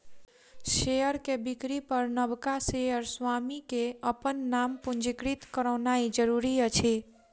share के बिक्री पर नबका शेयर स्वामी के अपन नाम पंजीकृत करौनाइ जरूरी अछि